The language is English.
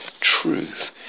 truth